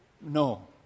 No